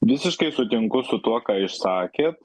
visiškai sutinku su tuo ką išsakėt